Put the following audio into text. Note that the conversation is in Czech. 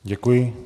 Děkuji.